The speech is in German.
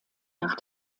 nach